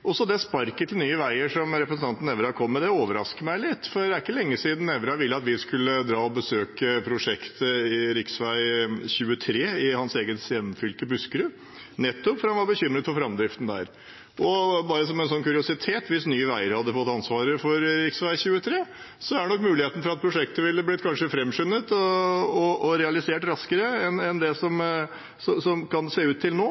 Det sparket til Nye Veier som representanten Nævra kom med, overrasker meg litt, for det er ikke lenge siden Nævra ville at vi skulle dra og besøke prosjektet på rv. 23 i hans eget hjemfylke, Buskerud, nettopp fordi han var bekymret for framdriften der. Bare som en kuriositet: Hvis Nye Veier hadde hatt ansvaret for rv. 23, er det nok en mulighet for at prosjektet ville blitt framskyndet og realisert raskere enn det kan se ut til at det blir nå.